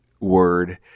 word